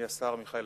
שלצערי הוא לא